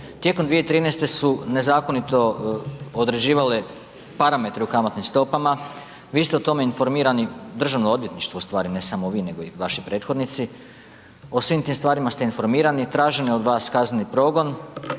tijekom 2013. su nezakonito odrađivale parametre u kamatnim stopama, vi ste o tome informirani, Državno odvjetništvo ustvari, ne samo vi nego i vaši prethodnici, o svim tim stvarima ste informirani, traženo je od vas kazneni progon,